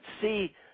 see